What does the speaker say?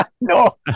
no